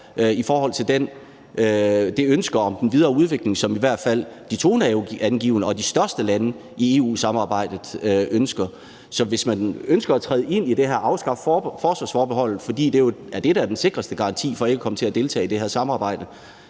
i forhold til det ønske om den videre udvikling, som i hvert fald de toneangivende og de største lande i EU-samarbejdet ønsker. Så hvis man ønsker at træde ind i det her med at afskaffe forsvarsforbeholdet, fordi det jo er det, der er den sikreste garanti for ikke at komme til at deltage i det her samarbejde,